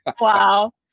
Wow